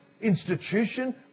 institution